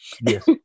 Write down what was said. yes